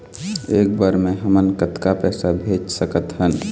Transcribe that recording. एक बर मे हमन कतका पैसा भेज सकत हन?